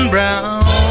Brown